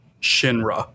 Shinra